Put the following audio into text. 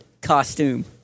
costume